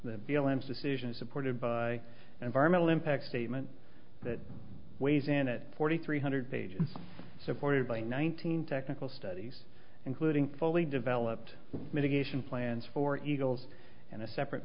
l s decision supported by an environmental impact statement that weighs in at forty three hundred pages supported by nineteen technical studies including fully developed mitigation plans for eagles and a separate